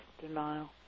denial